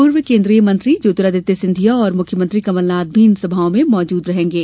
पूर्व केन्द्रीय मंत्री ज्योतिरादित्य सिंधिया और मुख्यमंत्री कमलनाथ भी इन सभाओं में मौजूद रहेंगे